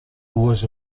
was